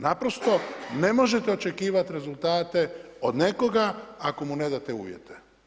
Naprosto ne možete očekivati rezultate od nekoga ako mu ne date uvjete.